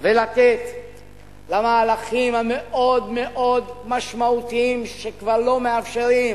את המהלכים המאוד-מאוד משמעותיים, שכבר לא מאפשרים